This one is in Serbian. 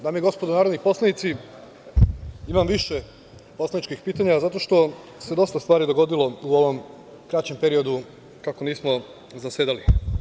Dame i gospodo narodni poslanici, imam više poslaničkih pitanja zato što se dosta stvari dogodilo u ovom kraćem periodu kako nismo zasedali.